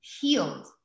healed